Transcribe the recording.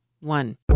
one